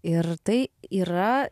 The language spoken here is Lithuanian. ir tai yra